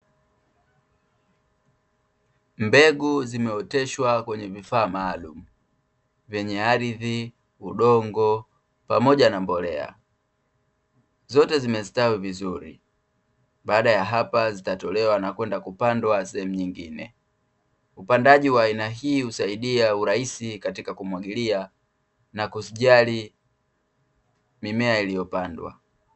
Mbegu zimeoteshwa kwenye vifaa maalumu vyenye ardhi, udongo, pamoja na mbolea. Zote zimesitawi vizuri, baada ya hapa zitatolewa na kwenda kupandwa sehemu nyingine. Upandaji wa aina hii husaidia urahisi katika kumwagilia na kuzijali mimea iliyopandwa.